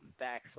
backslash